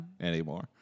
anymore